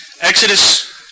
Exodus